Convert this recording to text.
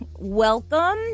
Welcome